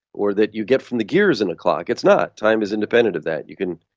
or that you get from the gears in a clock. it's not. time is independent of that. you can,